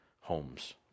homes